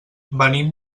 venim